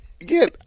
again